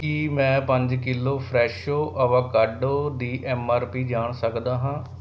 ਕੀ ਮੈਂ ਪੰਜ kilo Fresho avocado ਦੀ ਐੱਮ ਆਰ ਪੀ ਜਾਣ ਸਕਦਾ ਹਾਂ